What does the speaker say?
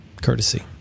courtesy